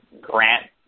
Grant